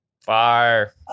Fire